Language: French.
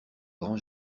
grand